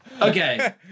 Okay